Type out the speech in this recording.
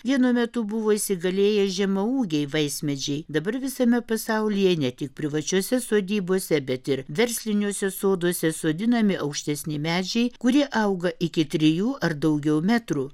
vienu metu buvo įsigalėję žemaūgiai vaismedžiai dabar visame pasaulyje ne tik privačiose sodybose bet ir versliniuose soduose sodinami aukštesni medžiai kurie auga iki trijų ar daugiau metrų